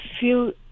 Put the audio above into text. feel